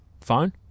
phone